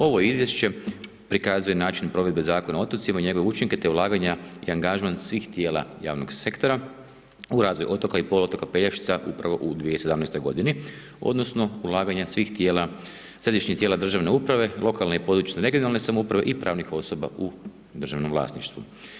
Ovo izvješće prikazuje način provedbe Zakona o otocima i njegove učinke te ulaganja i angažman svih tijela javnog sektora u razvoj otoka i poluotoka Pelješca upravo u 2017. godini odnosno ulaganja svih tijela, središnjih tijela državne uprave, lokalne i područne regionalne samouprave i pravnih osoba u državnom vlasništvu.